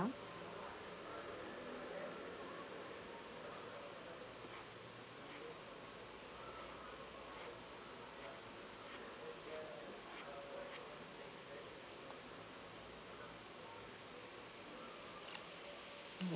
are ya